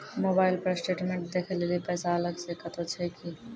Mobile पर statement देखे लेली पैसा अलग से कतो छै की?